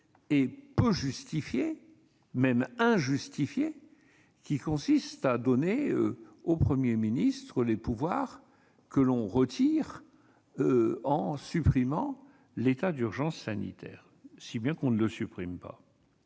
solution hybride et injustifiée qui consiste à donner au Premier ministre les pouvoirs que l'on retire en supprimant l'état d'urgence sanitaire : de fait, on ne supprime pas